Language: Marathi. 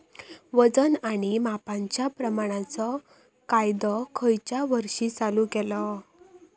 वजन आणि मापांच्या प्रमाणाचो कायदो खयच्या वर्षी चालू केलो?